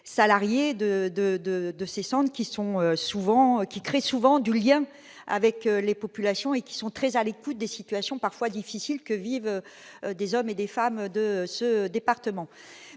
agents de ces structures, qui créent souvent du lien avec les populations et sont très à l'écoute des situations parfois difficiles que vivent des hommes et des femmes de ce département.